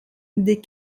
des